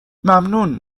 ممنون